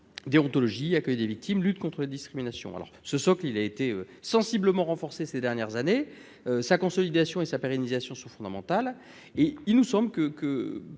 déontologie, accueil des victimes, lutte contre les discriminations ... Ce socle a été sensiblement renforcé ces dernières années. Sa consolidation et sa pérennisation sont fondamentales. Pour poursuivre